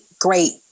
great